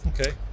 Okay